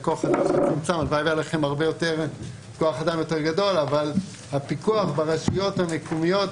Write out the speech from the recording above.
שהכוח נמצא ויש כוח אדם הרבה יותר גדול אבל הפיקוח ברשויות המקומיות,